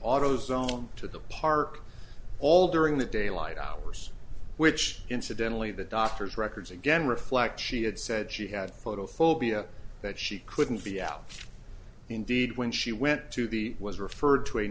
auto zone to the park all during the daylight hours which incidentally the doctor's records again reflect she had said she had photophobia that she couldn't be out indeed when she went to the was referred to a